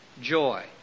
joy